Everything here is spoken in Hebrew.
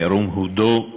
ירום הודו,